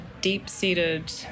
deep-seated